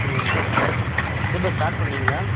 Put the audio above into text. ம் ம் திரும்ப ஸ்டார்ட் பண்ணிங்களா